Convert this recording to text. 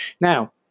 Now